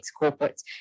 corporates